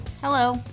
Hello